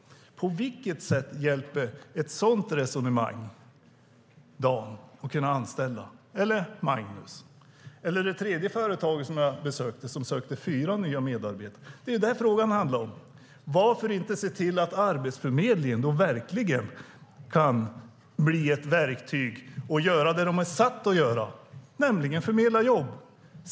På vilket sätt hjälper ett sådant resonemang Dan eller Magnus att anställa, eller det tredje företaget som jag besökte, som sökte fyra nya medarbetare? Det är detta som frågan handlar om. Varför inte se till att Arbetsförmedlingen verkligen kan bli ett verktyg som verkligen kan göra det man är satt att göra, nämligen förmedla jobb?